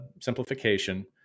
simplification